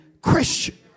Christian